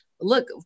look-